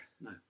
No